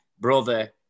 brother